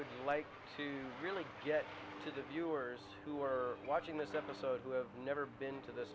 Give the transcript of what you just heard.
would like to really get to the viewers who were watching this episode who have never been to this